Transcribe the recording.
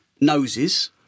noses